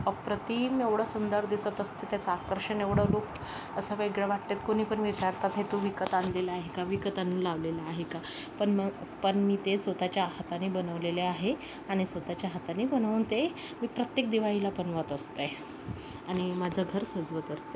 अप्रतिम एवढं सुंदर दिसत असते त्याचं आकर्षण एवढं लूक असं वेगळं वाटतात कोणी पण विचारतात हे तू विकत आणलेलं आहे का विकत आणून लावलेलं आहे का पण मग पण मी ते स्वतःच्या हाताने बनवलेले आहे आणि स्वतःच्या हाताने बनवून ते मी प्रत्येक दिवाळीला बनवत असते आणि माझं घर सजवत असते